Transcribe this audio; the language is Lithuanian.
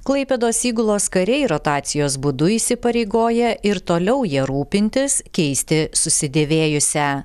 klaipėdos įgulos kariai rotacijos būdu įsipareigoja ir toliau ja rūpintis keisti susidėvėjusią